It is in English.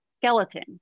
skeleton